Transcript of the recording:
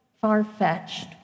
far-fetched